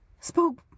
spoke